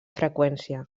freqüència